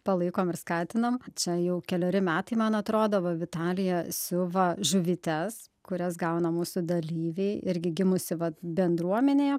palaikom ir skatinam čia jau keleri metai man atrodo va vitalija siuva žuvytes kurias gauna mūsų dalyviai irgi gimusi vat bendruomenėje